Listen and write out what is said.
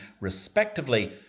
respectively